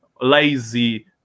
lazy